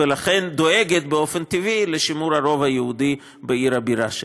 ולכן דואגת באופן טבעי לשימור הרוב היהודי בעיר הבירה שלה.